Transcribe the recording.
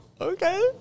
okay